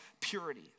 purity